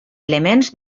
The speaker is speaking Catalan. elements